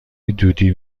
دودی